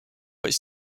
its